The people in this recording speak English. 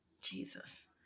Jesus